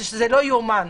וזה לא יאומן.